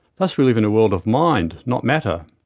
thus we live in a world of mind, not matter.